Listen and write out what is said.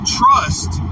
trust